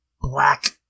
Black